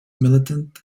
militant